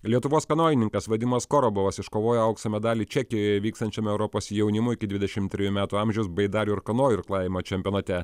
lietuvos kanojininkas vadimas korobovas iškovojo aukso medalį čekijoje vykstančiame europos jaunimo iki dvidešim trejų metų amžiaus baidarių ir kanojų irklavimo čempionate